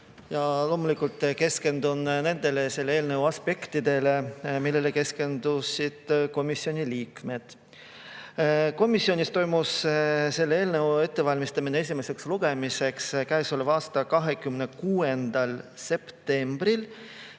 ja loomulikult keskendun eelnõu nendele aspektidele, millele keskendusid komisjoni liikmed. Komisjonis toimus selle eelnõu ettevalmistamine esimeseks lugemiseks käesoleva aasta 26. septembril.